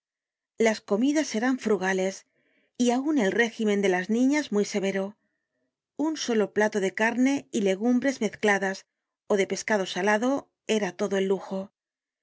las comidas eran frugales y aun el régimen de las niñas muy severo un solo plato de carne y legumbres mezcladas ó de pescado salado era todo el lujo